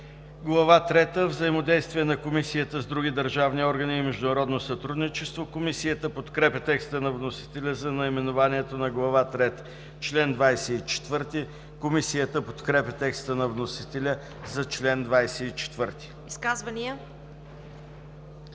трета – Взаимодействие на Комисията с други държавни органи и международно сътрудничество“. Комисията подкрепя текста на вносителя за наименованието на Глава трета. Комисията подкрепя текста на вносителя за чл. 24. ПРЕДСЕДАТЕЛ